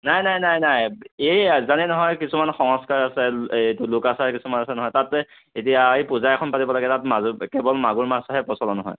নাই নাই নাই নাই এই আৰু জানেই নহয় কিছুমান সংস্কাৰ আছে এই লোকাচাৰ কিছুমান আছে নহয় তাতে এতিয়া পূজা এখন পাতিব লাগে তাত কেৱল মাগুৰ কেৱল মাগুৰ মাছহে প্ৰচলন হয়